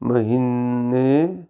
ਮਹੀਨੇ